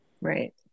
Right